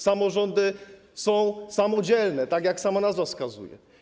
Samorządy są samodzielne, tak jak sama nazwa wskazuje.